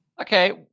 Okay